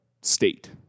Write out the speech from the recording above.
state